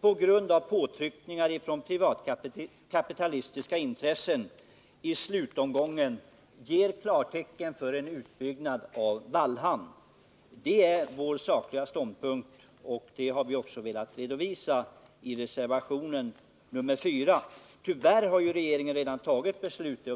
på grund av påtryckningar från privatkapitalistiska intressen i slutomgången ger klartecken för en utbyggnad. Det är vår sakliga ståndpunkt, och den har vi velat redovisa i reservation nr 4. Tyvärr har regeringen redan fattat beslutet.